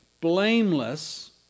blameless